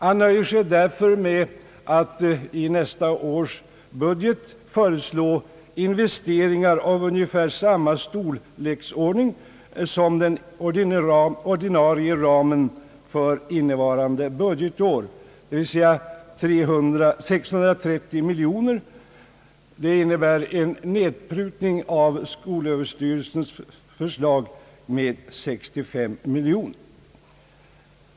Han nöjer sig därför med att i nästa års budget föreslå investeringar av ungefär samma storlek som den ordinarie ramen för innevarande budgetår, d.v.s. 630 miljoner kronor, innebärande en nedprutning av skolöverstyrelsens förslag med 65 miljoner kronor.